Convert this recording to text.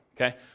okay